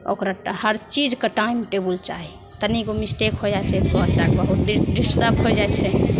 ओकरा हर चीजके टाइम टेबुल चाही तनिगो मिस्टेक होइ जाइ छै तऽ बच्चाके बहुते डिस्टर्ब हो जाइ छै